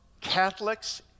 Catholics